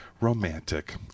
romantic